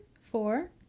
Four